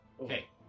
Okay